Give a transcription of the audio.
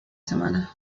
semana